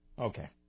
okay